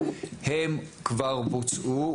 הם כבר בוצעו,